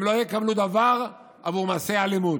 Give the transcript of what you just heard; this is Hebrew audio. הם לא יקבלו דבר עבור מעשי האלימות.